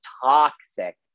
toxic